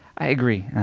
i agree.